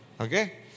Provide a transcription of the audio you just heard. okay